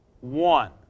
One